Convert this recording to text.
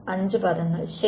അഞ്ച് പദങ്ങൾ ശരി